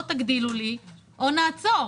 או שתגדילו לי או שנעצור.